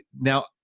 now